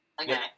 Okay